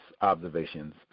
observations